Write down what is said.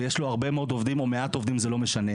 ויש לו הרבה מאוד עובדים או מעט עובדים וזה לא משנה,